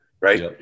Right